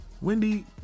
wendy